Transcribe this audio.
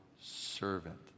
servant